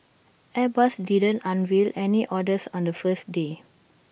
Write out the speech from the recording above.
airbus didn't unveil any orders on the first day